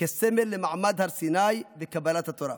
כסמל למעמד הר סיני וקבלת התורה.